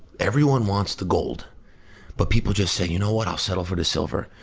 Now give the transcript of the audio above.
everyone wants the gold but people just say, you know what? i'll settle for the silver.